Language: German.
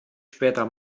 später